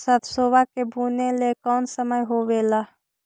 सरसोबा के बुने के कौन समय होबे ला?